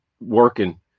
working